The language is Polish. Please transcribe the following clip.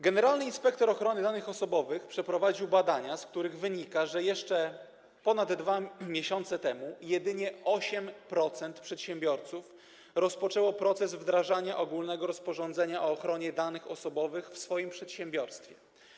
Generalny inspektor ochrony danych osobowych przeprowadził badania, z których wynika, że jeszcze ponad 2 miesiące temu jedynie 8% przedsiębiorców rozpoczęło proces wdrażania ogólnego rozporządzenia o ochronie danych osobowych w swoim przedsiębiorstwie.